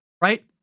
right